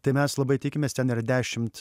tai mes labai tikimės ten yra dešimt